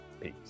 Peace